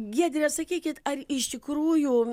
giedre sakykit ar iš tikrųjų